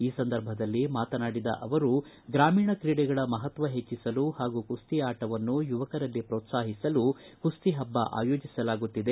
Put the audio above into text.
ಈ ಸಂದರ್ಭದಲ್ಲಿ ಮಾತನಾಡಿದ ಅವರು ಗ್ರಾಮೀಣ ಕ್ರೀಡೆಗಳ ಮಹತ್ವ ಹೆಚ್ಚಿಸಲು ಹಾಗೂ ಕುಸ್ತಿ ಆಟವನ್ನು ಯುವಕರಲ್ಲಿ ಪ್ರೋತ್ಸಾಹಿಸಲು ಕುಸ್ತಿ ಹಬ್ಬವನ್ನು ಆಯೋಜಿಸಲಾಗುತ್ತಿದೆ